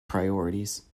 priorities